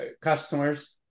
customers